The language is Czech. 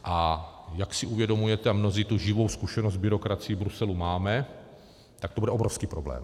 A jak si uvědomujete, a mnozí tu živou zkušenost s byrokracií Bruselu máme, tak to bude obrovský problém.